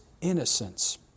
innocence